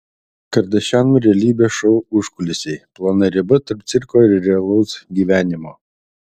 kardašianų realybės šou užkulisiai plona riba tarp cirko ir realaus gyvenimo